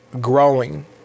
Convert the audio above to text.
growing